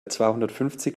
zweihundertfünfzig